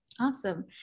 Awesome